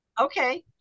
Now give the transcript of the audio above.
Okay